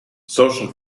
social